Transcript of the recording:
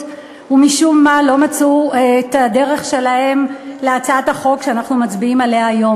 ומשום מה לא מצאו את דרכם להצעת החוק שאנחנו מצביעים עליה היום.